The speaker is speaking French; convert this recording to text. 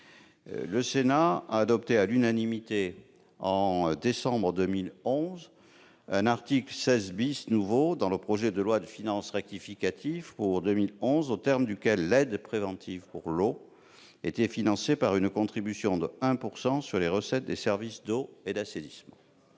le Sénat avait adopté à l'unanimité, en décembre 2011, un article 16 C nouveau dans le cadre du projet de loi de finances rectificative pour 2011, aux termes duquel l'aide préventive en matière d'accès à l'eau était financée par une contribution de 1 % sur les recettes des services d'eau et d'assainissement.